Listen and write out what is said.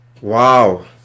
Wow